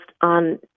on